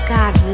God